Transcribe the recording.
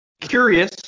curious